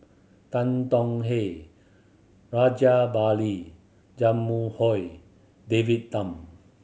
Tan Tong Hye Rajabali Jumabhoy David Tham